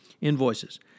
invoices